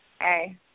hey